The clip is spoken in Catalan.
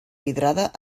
vidrada